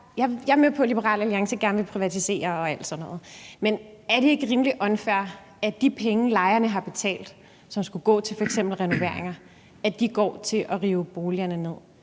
Jeg er med på, at Liberal Alliance gerne vil privatisere og alt sådan noget, men er det ikke rimelig unfair, at de penge, lejerne har betalt, som skulle gå til f.eks. renoveringer, så går til at rive boligerne ned?